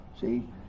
See